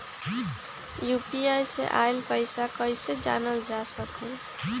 UPI से आईल पैसा कईसे जानल जा सकहु?